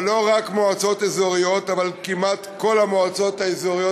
אבל לא רק מועצות אזוריות,